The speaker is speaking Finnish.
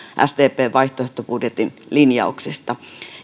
sdpn vaihtoehtobudjetin linjauksista